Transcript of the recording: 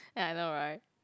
ya I know right